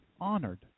honored